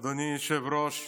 אדוני היושב-ראש,